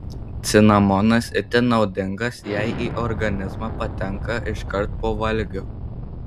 cinamonas itin naudingas jei į organizmą patenka iškart po valgio